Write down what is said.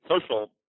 social